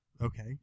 okay